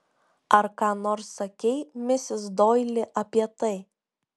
ar ką nors sakei misis doili apie tai